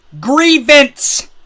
grievance